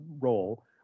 role